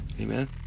Amen